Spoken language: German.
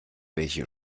welche